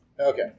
Okay